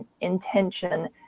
intention